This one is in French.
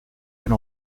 elle